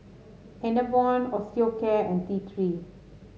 Enervon Osteocare and T Three